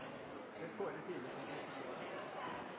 sin forankring i